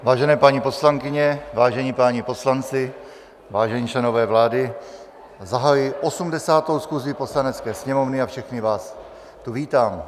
Vážené paní poslankyně, vážení páni poslanci, vážení členové vlády, zahajuji 80. schůzi Poslanecké sněmovny a všechny vás tu vítám.